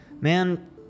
man